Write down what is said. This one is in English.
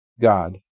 God